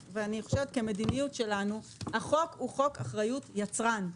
כמדיניות שלנו החוק הוא חוק אחריות יצרן.